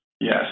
Yes